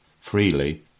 freely